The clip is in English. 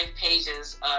pages